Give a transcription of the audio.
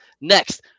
Next